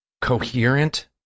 coherent